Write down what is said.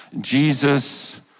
Jesus